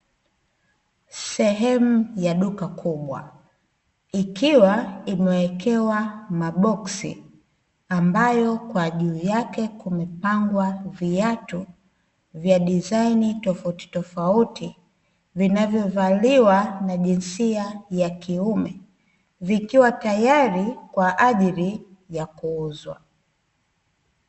Sehemu ya duka kubwa ikiwa imewekewa maboksi, ambayo kwa juu yake kumepangwa viatu vya dizaini tofauti tofauti vinavyovaliwa na jinsia ya kiume, vikiwa tayari Kwa ajili ya kuuzwa.